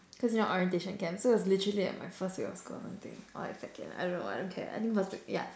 cause you know orientation camp so it was literally at my first week of school or something or like second I don't know I don't care I think first week yup